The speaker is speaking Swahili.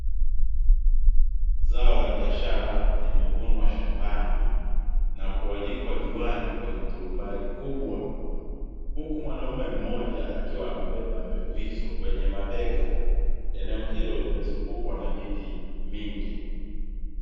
Zao la biashara limevunwa shambani na kuanikwa juani kwenye turubai kubwa . Huku mwanaume Mmoja akiwa amebea mbegu hizo kwenye mabega eneo hilo limezungukwa na miti mingi .